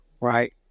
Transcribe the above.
right